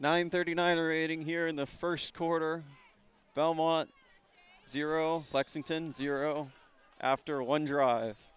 nine thirty nine or eight in here in the first quarter belmont zero lexington zero after one drive